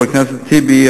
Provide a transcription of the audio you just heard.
חבר הכנסת טיבי,